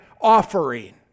offering